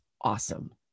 awesome